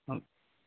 okay